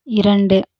இரண்டு